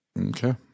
Okay